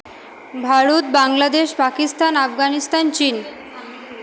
ভারত বাংলাদেশ পাকিস্তান আফগানিস্তান চীন